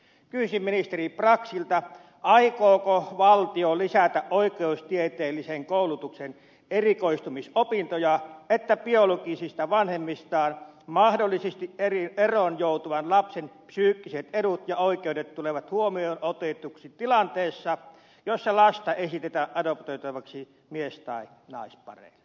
kysyisin ministeri braxilta aikooko valtio lisätä oikeustieteellisen koulutuksen erikoistumisopintoja että biologisista vanhemmistaan mahdollisesti eroon joutuvan lapsen psyykkiset edut ja oikeudet tulevat huomioon otetuiksi tilanteessa jossa lasta esitetään adoptoitavaksi mies tai naispareille